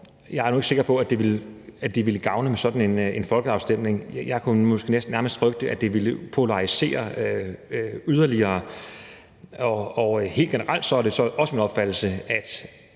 Jeg er nu ikke sikker på, at det ville gavne med sådan en folkeafstemning. Jeg kunne måske nærmest frygte, at det ville polarisere yderligere. Og helt generelt er det min opfattelse, at